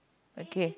okay